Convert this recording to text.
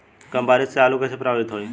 कम बारिस से आलू कइसे प्रभावित होयी?